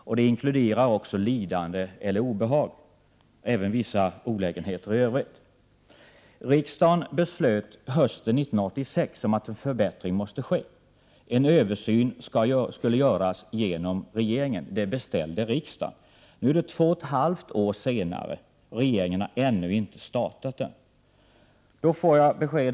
Ersättningen skall också inkludera lidande och obehag liksom vissa olägenheter i övrigt. Riksdagen beslutade hösten 1986 om att en förbättring måste ske och om att en översyn skulle göras på initiativ av regeringen. Nu har det gått två och ett halvt år sedan dess, och regeringen har ännu inte kommit i gång med denna översyn.